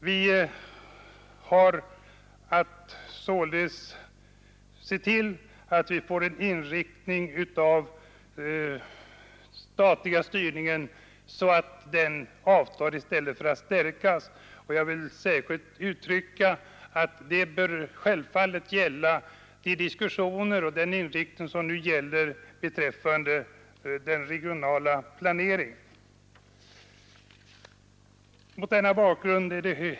Vi har således att se till att vi får en sådan inriktning av den statliga styrningen att den avtar i stället för att stärkas. Jag vill särskilt betona att det självfallet bör gälla de diskussioner och den inriktning som nu förekommer beträffande den regionala planeringen.